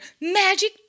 magic